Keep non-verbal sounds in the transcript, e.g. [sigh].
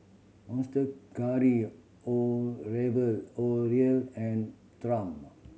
Monster Curry [unintelligible] and Triumph